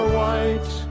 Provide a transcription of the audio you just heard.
white